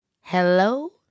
Hello